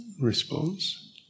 response